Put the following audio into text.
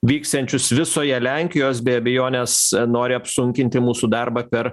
vyksiančius visoje lenkijos be abejonės nori apsunkinti mūsų darbą per